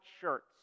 shirts